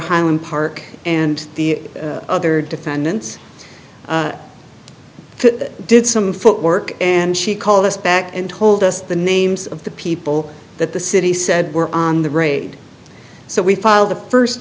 highland park and the other defendants that did some foot work and she called us back and told us the names of the people that the city said were on the raid so we filed the first